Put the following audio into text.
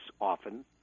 often